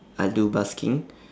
I'll do busking